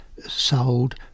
sold